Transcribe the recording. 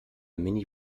mini